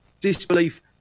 disbelief